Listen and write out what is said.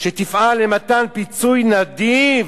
שתפעל למתן פיצוי נדיב